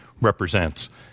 represents